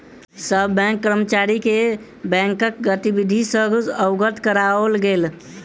सभ बैंक कर्मचारी के बैंकक गतिविधि सॅ अवगत कराओल गेल